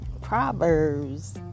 Proverbs